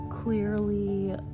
Clearly